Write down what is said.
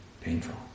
painful